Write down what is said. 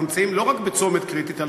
אנחנו נמצאים לא רק בצומת קריטי אלא